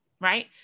right